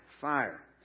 fire